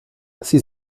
sie